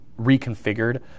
reconfigured